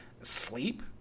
sleep